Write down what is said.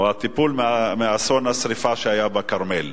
או מהטיפול באסון השרפה שהיה בכרמל.